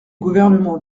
gouvernement